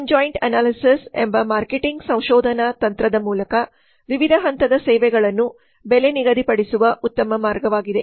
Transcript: conjoint analysis ಎಂಬ marketing ಸಂಶೋಧನಾ ತಂತ್ರದ ಮೂಲಕ ವಿವಿಧ ಹಂತದ ಸೇವೆಗಳನ್ನು ಬೆಲೆ ನಿಗದಿಪಡಿಸುವ ಉತ್ತಮ ಮಾರ್ಗವಾಗಿದೆ